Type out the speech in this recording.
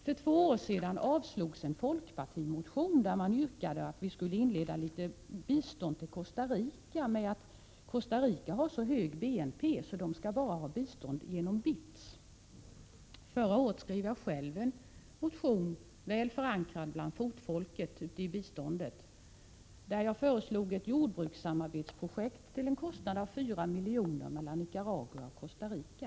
För två år sedan avslogs en folkpartimotion där man yrkade att vi skulle inleda litet biståndssamarbete med Costa Rica med motiveringen att Costa Rica har så hög BNP att landet bara skulle ha bistånd genom BITS. Förra året skrev jag själv en motion, väl förankrad bland det fotfolk som arbetar med biståndsfrågor, där jag föreslog ett jordbrukssamarbetsprojekt till en kostnad av 4 milj.kr. mellan Nicaragua och Costa Rica.